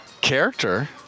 character